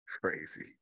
Crazy